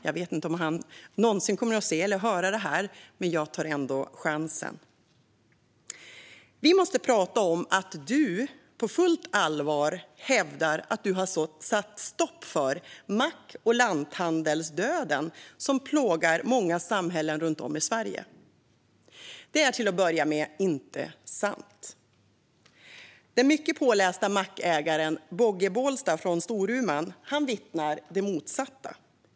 Jag vet inte om han någonsin kommer att se eller höra detta, men jag tar ändå chansen. Stefan Löfven! Vi måste prata om att du på fullt allvar hävdar att du har satt stopp för mack och lanthandelsdöden som plågar många samhällen runt om i Sverige. Det är till att börja med inte sant. Den mycket påläste mackägaren Bogge Bolstad från Storuman vittnar om det motsatta.